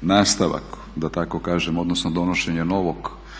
nastavak da tako kažem odnosno donošenje potpuno